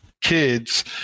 kids